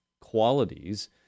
qualities